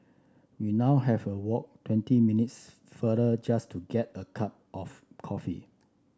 we now have a walk twenty minutes farther just to get a cup of coffee